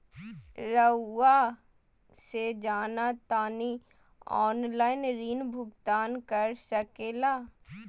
रहुआ से जाना तानी ऑनलाइन ऋण भुगतान कर सके ला?